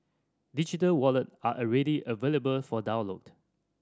digital wallet are already available for download